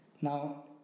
now